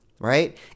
right